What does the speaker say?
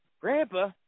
Grandpa